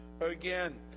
again